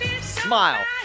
Smile